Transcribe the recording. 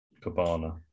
Cabana